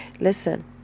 listen